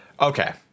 Okay